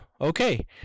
Okay